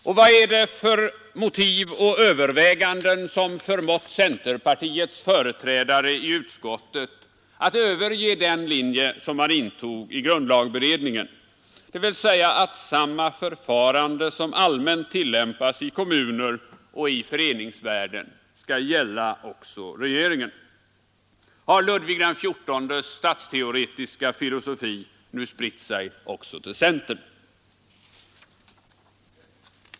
Och vad är det för motiv och överväganden som förmått centerpartiets företrädare i utskottet överge den linje man följde i grundlagberedningen, dvs. att samma förfarande som allmänt tillämpas i kommuner och i föreningsvärlden skall gälla också regeringen? Har Ludvig XIV:s statsteoretiska filosofi nu spritt sig även till centern?